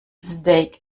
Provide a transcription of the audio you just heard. steak